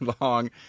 long